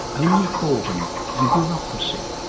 only boredom and bureaucracy.